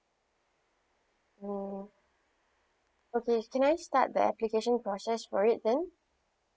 mm okay can I start the application process for it then